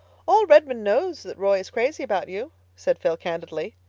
all redmond knows that roy is crazy about you, said phil candidly.